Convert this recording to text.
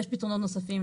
יש פתרונות נוספים,